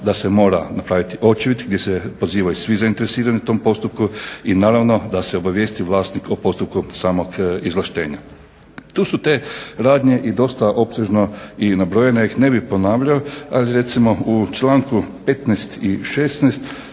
da se mora napraviti očevid gdje se pozivaju svi zainteresirani u tom postupku i naravno da se obavijesti vlasnik o postupku samog izvlaštenja. Tu su te radnje i dosta opsežno nabrojene, ja ih ne bi ponavljao ali recimo u članku 15. i 16.